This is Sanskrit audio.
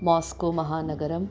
मोस्कोमहानगरम्